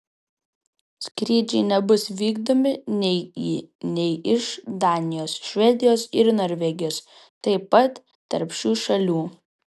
skrydžiai nebus vykdomi nei į nei iš danijos švedijos ir norvegijos taip pat tarp šių šalių